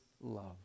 love